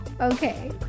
Okay